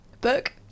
book